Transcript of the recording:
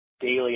daily